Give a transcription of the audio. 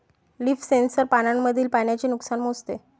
leaf sensor पानांमधील पाण्याचे नुकसान मोजते